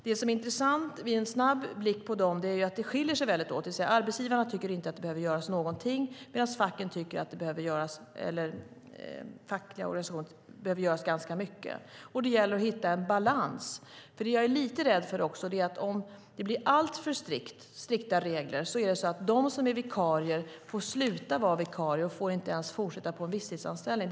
Det som är intressant vid en snabb blick på dem är att de skiljer sig väldigt mycket åt, det vill säga att arbetsgivarna inte tycker att det behöver göras någonting medan de fackliga organisationerna tycker att det behöver göras ganska mycket. Det gäller att hitta en balans, för det jag är lite rädd för är att om det blir alltför strikta regler kommer de som är vikarier att få sluta vara vikarier och inte ens får fortsätta på en visstidsanställning.